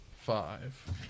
Five